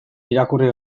irakurri